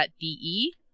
De